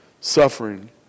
suffering